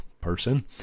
person